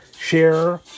share